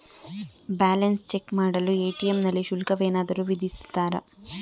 Balance check ಮಾಡಲು ATM ನಲ್ಲಿ ಶುಲ್ಕವೇನಾದರೂ ವಿಧಿಸುತ್ತಾರಾ?